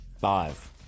Five